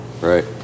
Right